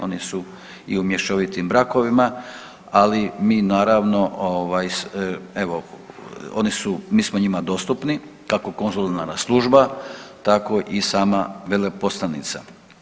Oni su i u mješovitim brakovima, ali mi naravno evo oni su, mi smo njima dostupni kako konzularna služba, tako i sama veleposlanica.